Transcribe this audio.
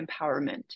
empowerment